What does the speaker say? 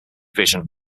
vision